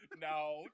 No